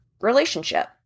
relationship